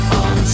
on